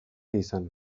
izan